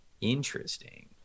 interesting